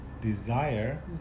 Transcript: desire